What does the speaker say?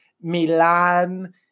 Milan